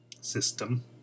system